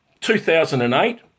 2008